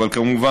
אבל כמובן,